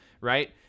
right